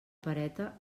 pereta